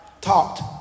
talked